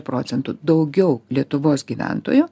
procentų daugiau lietuvos gyventojų